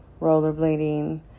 rollerblading